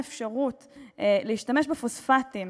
האפשרות להשתמש בפוספטים